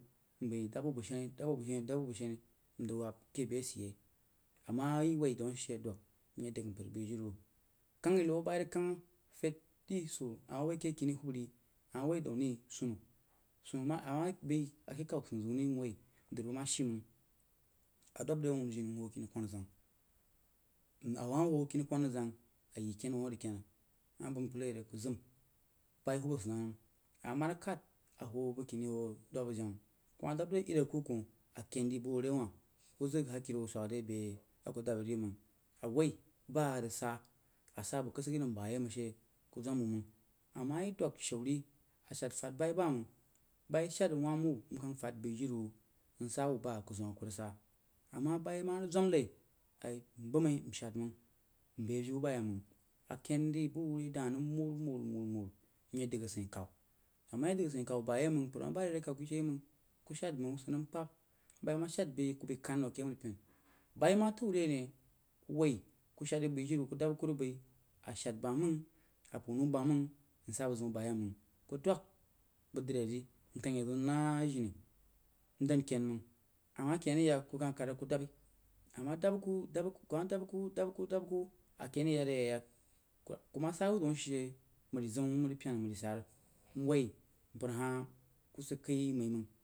Mbai clab wuh bəg sheni dab wuh-bag sheni nzau wabba ile beh a sid yei a ma yi woi daun ashe a dwəg mye dag mpər a bai jiri wuh kan-nau-abayi rig kan sai di soo a ma woi keh hubba ri a woi daun sunnu sunnu a ma bai a keh kau sunnu zeun ri movoi dri wuh ma shii məng a dub eli awinu jini mhuo kini kwana zəng a mah huoh kini kwana zəng a yi kennu wuh a rig ken ama bam ku nai rig ku zim bai hubba sid na nəm a ma rig khad a huo bugkini huo doub jini kuma dabba re ari aku kuh akein ri bəg wuh re wah ku zəg han iro swək re beh aku dabba ri nəng a woi bah rig saá a saá bəg kasig-i-nəm bayei məng shee ku zwam wu məng a mah yi dwag shauri, a shad fad bayi baməng, bayi shad rig wamb wuh nkang fad bai jin wuh nba wuh ba ku zim aku rig saa a ma bayi ma rig zwam nai ayi bəg mai nshad məng, mbai avieu bayeiməng a kein ri bəg wuh re dah nəm mawu-mawu-mawu mye dag asein kawu, a ma yi dag asein kawa bayeimalng sid nəm kpəb bayi ma shad bai ku bai kar wah keh mri pen bayi ma tau rene woi ku shad rig bai jiri wuh ku dab aku rig bai a shad bəməng a pu nau baməng nsa bəg-ziu baməng ku dwək bəg dri ri nkan yak ziu nah jini ndan kein məng ama kein rig yak kuh khad aku daba arig dab aku, kuma daba aku-dab-aku akein rig ya de ya-yək kuma saa wuh daun ashe mri zeun, mri pyena, mri-sara mwoi mpər hah ku sakei mai məng.